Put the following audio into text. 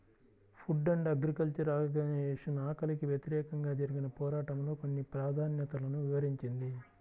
food and agriculture organisation ఆకలికి వ్యతిరేకంగా జరిగిన పోరాటంలో కొన్ని ప్రాధాన్యతలను వివరించింది